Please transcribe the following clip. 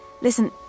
Listen